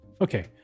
Okay